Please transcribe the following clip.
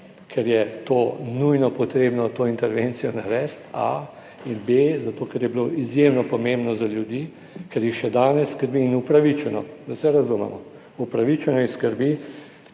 ker je to nujno potrebno to intervencijo narediti, A in B, zato, ker je bilo izjemno pomembno za ljudi, ker jih še danes skrbi, in upravičeno, da se razumemo. Upravičeno jih skrbi,